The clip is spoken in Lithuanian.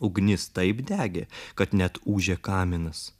ugnis taip degė kad net ūžė kaminas